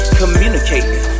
communicating